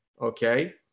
okay